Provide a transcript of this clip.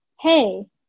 Hey